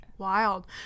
wild